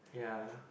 ya